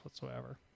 whatsoever